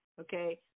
okay